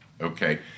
okay